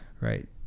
Right